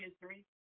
history